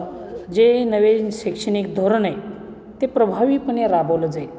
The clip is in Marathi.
जे नवीन शैक्षणिक धोरण आहे ते प्रभावीपणे राबवलं जाईल